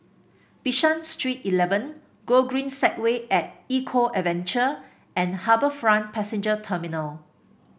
Bishan Street Eleven Gogreen Segway At Eco Adventure and HarbourFront Passenger Terminal